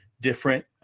different